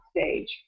stage